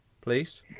please